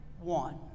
one